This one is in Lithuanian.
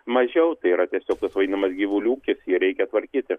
mažiau tai yra tiesiog tas vaidinamas gyvulių ūkis jį reikia tvarkyti